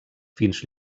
fins